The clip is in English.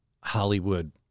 Hollywood